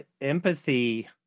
empathy